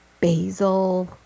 basil